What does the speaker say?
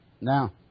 Now